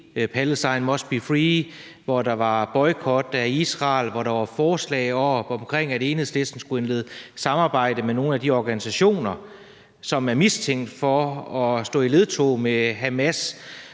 Palestine must be free; der var boykot af Israel; og der var forslag oppe om, at Enhedslisten skulle indlede samarbejde med nogle af de organisationer, som er mistænkt for at stå i ledtog med Hamas.